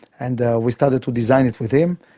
and we started to design it with him.